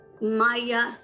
Maya